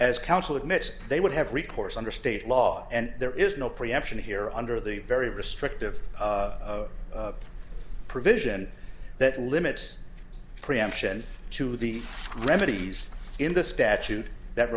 as counsel admits they would have recourse under state law and there is no preemption here under the very restrictive provision that limits preemption to the remedies in the statute that